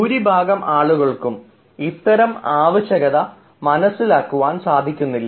ഭൂരിഭാഗം ആളുകൾക്കും ഇത്തരം ആവശ്യകത മനസ്സിലാക്കുവാൻ സാധിക്കുന്നില്ല